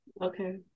okay